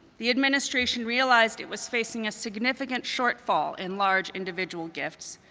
the administration realized it was facing a significant shortfall in large individual gifts,